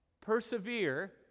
Persevere